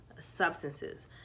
substances